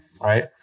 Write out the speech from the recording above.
right